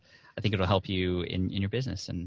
i think it'll help you in your business. and